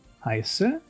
heiße